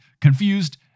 confused